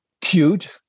cute